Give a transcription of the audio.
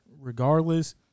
regardless